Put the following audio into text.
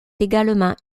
également